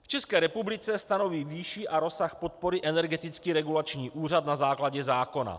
V České republice stanoví výši a rozsah podpory Energetický regulační úřad na základě zákona.